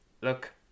Look